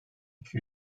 iki